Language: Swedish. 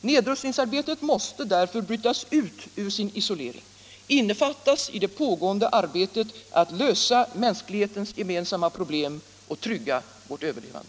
Nedrustningsarbetet måste därför brytas ut ur sin isolering och innefattas i det pågående arbetet att lösa mänsklighetens gemensamma problem och trygga vårt överlevande.